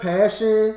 Passion